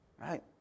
right